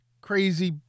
crazy